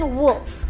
wolf